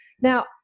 Now